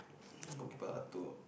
Bukit-Batok